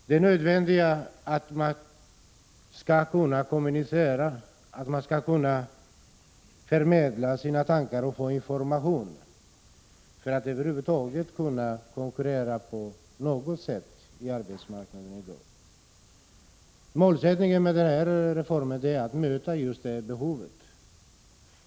Det är nödvändigt att kunna kommunicera, att kunna förmedla sina tankar och få information, för att över huvud taget kunna konkurrera på arbetsmarknaden i dag. Målsättningen med denna reform är att möta just det behovet.